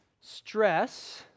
stress